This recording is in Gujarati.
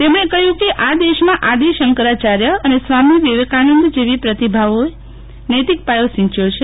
તેમણે કહયું કે આ દેશમાં આદિ શંકરાયાર્ય અને સ્વામી વિવેકાનંદ જેવી પ્રતિભાવોચે નૈતિક પાયો સિંચ્યો છે